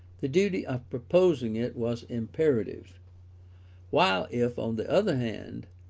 the duty of proposing it was imperative while if, on the other hand,